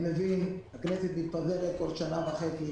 אני מבין, הכנסת מתפזרת כל שנה וחצי.